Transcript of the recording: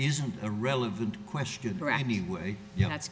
is a relevant question ye